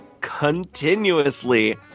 continuously